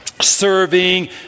serving